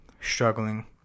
struggling